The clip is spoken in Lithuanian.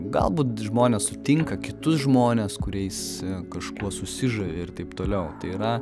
galbūt žmonės sutinka kitus žmones kuriais kažkuo susižavi ir taip toliau tai yra